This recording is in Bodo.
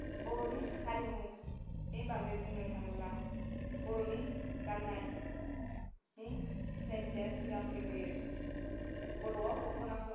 बर'नि हारिमुनि बागै बुंनो थाङोब्ला बर'नि गाननायनि सिनायथिया सिगां फैग्रोयो बर'आव दख'नाखौ